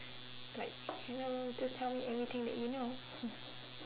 like you know just tell me anything that you know